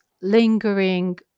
lingering